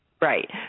Right